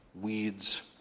weeds